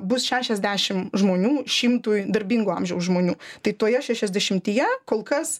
bus šešiasdešim žmonių šimtui darbingo amžiaus žmonių tai toje šešiasdešimtyje kol kas